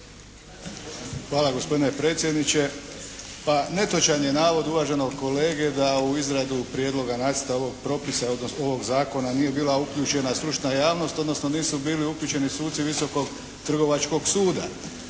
Hvala gospodine predsjedniče. Pa netočan je navod uvaženog kolege da u izradu prijedloga nacrta ovog propisa, odnosno ovog zakona nije bila uključena stručna javnost, odnosno nisu bili uključeni suci Visokog trgovačkog suda.